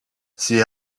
sie